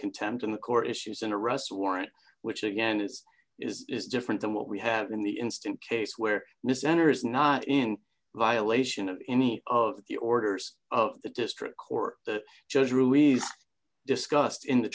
contempt and the core issues and arrest warrant which again is is different than what we have in the instant case where the center is not in violation of any of the orders of the district court judge ruiz discussed in the